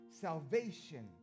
salvation